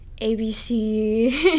ABC